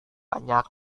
banyak